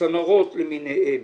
הצנרות למיניהם,